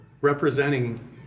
representing